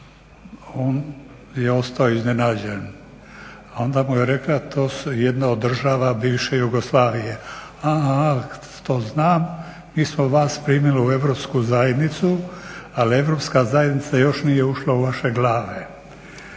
On je ostao iznenađen. A onda mu je rekla to su jedne od država bivše Jugoslavije, aha to znam, mi smo vas primili u Europsku zajednicu ali Europska zajednica još nije ušla u vaše glave.